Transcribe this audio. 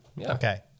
Okay